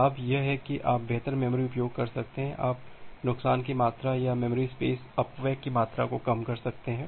लाभ यह है कि आप बेहतर मेमोरी उपयोग कर सकते हैं आप नुकसान की मात्रा या मेमोरी स्पेस अपव्यय की मात्रा को कम कर सकते हैं